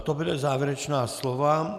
To byla závěrečná slova.